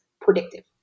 predictive